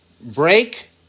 break